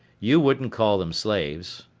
you couldn't call them slaves.